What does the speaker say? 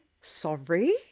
sorry